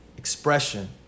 Expression